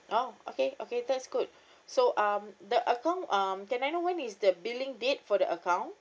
oh okay okay that's good so um the account um can I know when is the billing date for the account